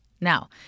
Now